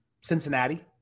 Cincinnati